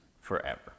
forever